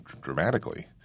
dramatically